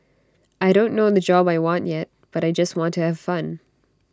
I don't know the job I want yet but I just want to have fun